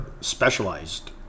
specialized